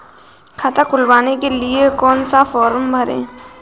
खाता खुलवाने के लिए कौन सा फॉर्म भरें?